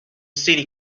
city